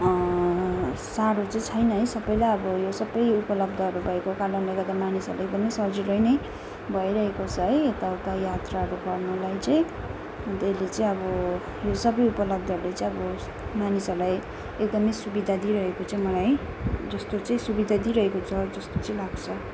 साह्रो चाहिँ छैन है सबैलाई अब यो सबै उपलब्धहरू भएको कारणले गर्दा मानिसहरूलाई एकदमै सजिलै नै भइरहेको छ है यताउता यात्राहरू गर्नुलाई चाहिँ अन्त यसले चाहिँ अब यो सबै उपलब्धहरू चाहिँ अब मानिसहरूलाई एकदमै सुविधा दिइरहेको चाहिँ मलाई जस्तो चाहिँ सुविधा दिइरहेको छ जस्तो चाहिँ लाग्छ